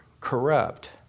corrupt